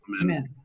Amen